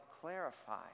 clarify